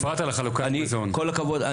כל הכבוד,